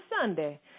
Sunday